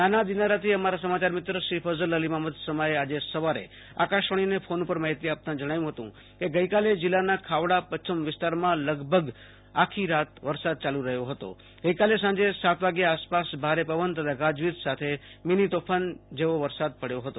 નાના દિનારાથી અમારા સમાચાર મિત્ર શ્રી ફજલ અલીમામદ સમાએ આજે સવારે ફોન પર આકાશાવાણીને માહિતી આપતા જણાવ્યુ હતું કે ગઈકાલે જીલ્લાના ખાવડા પચ્છમ વિસ્તારમાં લગભગ આખીરાત વરસાદ ચાલુ રહ્યો હતો ગઈકાલે સાંજે સાત વાગ્યા આસપાસ ભારે પવન તથા ગાજવીજ સાથે મીની તોફાન જેમ વરસાદ પડયો હતો